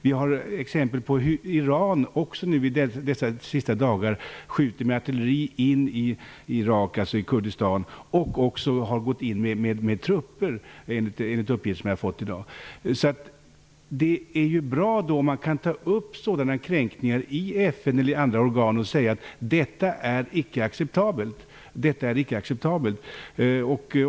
Vi har exempel på att också Iran i dessa sista dagar skjutit med artilleri in i Kurdistan och har gått in med trupper. Det är bra om man kan ta upp sådana här kränkningar i FN eller andra organ och säga: Detta är icke acceptabelt.